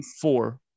four